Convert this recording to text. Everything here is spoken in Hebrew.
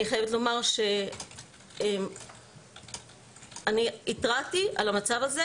אני חייבת לומר שאני התרעתי על המצב הזה